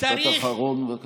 משפט אחרון, בבקשה.